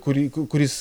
kurį kuris